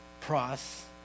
pros